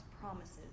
promises